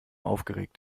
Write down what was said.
aufgeregt